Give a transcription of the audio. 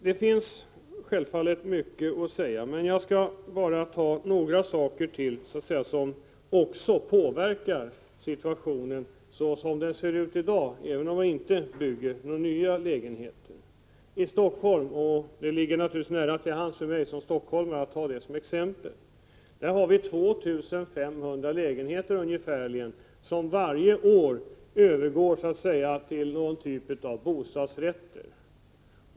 Det finns självfallet mycket att säga, men jag skall bara nämna några saker till som också påverkar den situation som vi i dag har, även om man inte bygger några nya lägenheter. I Stockholm — det ligger naturligtvis nära till hands för mig som stockholmare att ta det som exempel — övergår varje år ungefärligen 2 500 lägenheter till någon typ av bostadsrätt.